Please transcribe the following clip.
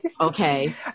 Okay